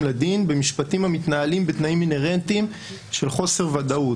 לדין במשפטים התנהלים בתנאים אינהרנטיים של חוסר ודאות,